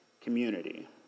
community